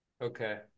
Okay